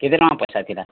କେତେ ଟଙ୍କା ପଏସା ଥିଲା